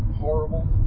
horrible